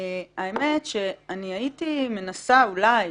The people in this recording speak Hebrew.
האמת שאני הייתי מנסה אולי